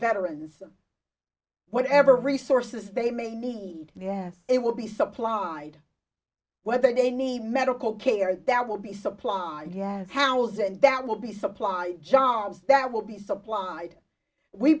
veterans whatever resources they may need yes it will be supplied whether they need medical care that will be supplied yes howell's and that will be supplied jobs that will be supplied we